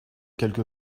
quelque